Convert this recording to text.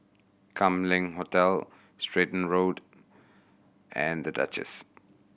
Kam Leng Hotel Stratton Road and The Duchess